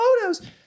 photos